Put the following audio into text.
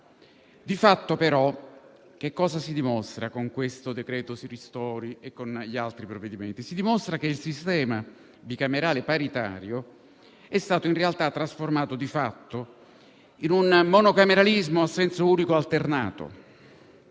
Di fatto, però, cosa si dimostra con il decreto ristori e gli altri provvedimenti? Si dimostra che il sistema bicamerale paritario è stato in realtà trasformato di fatto in un monocameralismo a senso unico alternato.